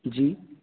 जी